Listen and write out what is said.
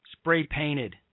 spray-painted